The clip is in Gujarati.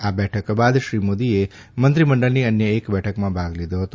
આ બેઠક બાદ શ્રી મોદીએ મંત્રીમંડળની અન્ય એક બેઠકમાં ભાગ લીધો હતો